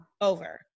over